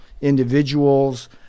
individuals